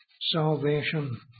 salvation